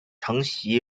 承袭